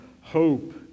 hope